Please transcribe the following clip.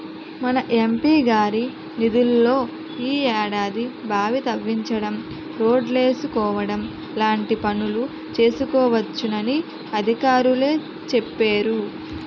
మన ఎం.పి గారి నిధుల్లో ఈ ఏడాది బావి తవ్వించడం, రోడ్లేసుకోవడం లాంటి పనులు చేసుకోవచ్చునని అధికారులే చెప్పేరు